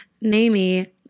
NAMI